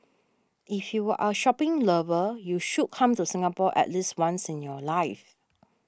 if you are a shopping lover you should come to Singapore at least once in your life